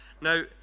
Now